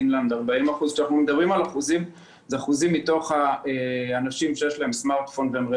ואני מזכיר שמדובר באחוז מתוך האנשים שיש להם סמארטפונים: